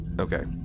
okay